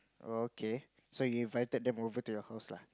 oh okay so you invited them over to your house lah